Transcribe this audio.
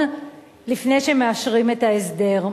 לפני שמאשרים את ההסדר.